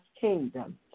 kingdom